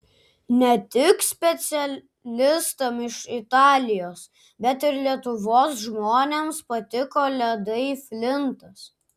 ne tik specialistams iš italijos bet ir lietuvos žmonėms patiko ledai flintas